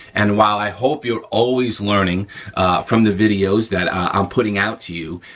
and while i hope you're always learning from the videos that i'm putting out to you,